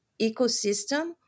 ecosystem